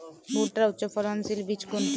ভূট্টার উচ্চফলনশীল বীজ কোনটি?